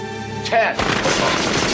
ten